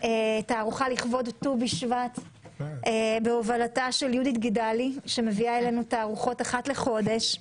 לכבוד ט"ו בשבט בהובלתה של יהודית גידלי שמביאה לנו תערוכות אחת לחודש,